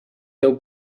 teu